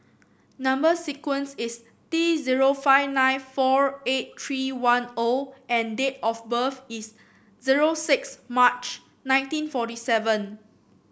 number sequence is T zero five nine four eight three one O and date of birth is zero six March nineteen forty seven